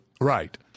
Right